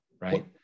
right